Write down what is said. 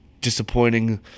disappointing